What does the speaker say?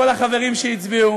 כל החברים שהצביעו,